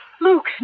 Luke